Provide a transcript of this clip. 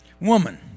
woman